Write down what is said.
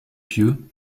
pieux